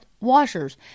washers